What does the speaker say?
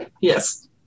Yes